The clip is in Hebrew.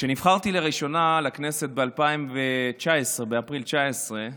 כשנבחרתי לראשונה לכנסת, באפריל 2019,